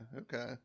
Okay